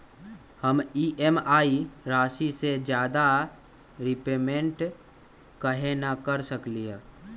हम ई.एम.आई राशि से ज्यादा रीपेमेंट कहे न कर सकलि ह?